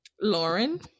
lauren